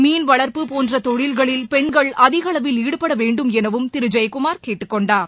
மீன்வளர்ப்பு போன்ற தொழில்களில் பெண்கள் அதிகளவில் ஈடுபட வேண்டும் எனவும் திரு ஜெயக்குமார் கேட்டுக்கொண்டார்